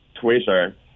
Twitter